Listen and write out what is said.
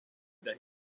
that